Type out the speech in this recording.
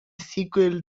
sequel